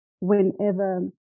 whenever